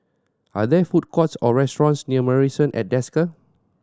are there food courts or restaurants near Marrison at Desker